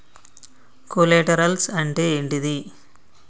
Collaterals అంటే ఏంటిది?